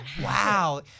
wow